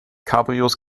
cabrios